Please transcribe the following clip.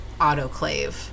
autoclave